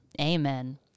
Amen